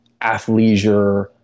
athleisure